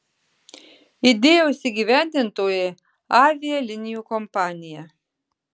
idėjos įgyvendintojai avialinijų kompanija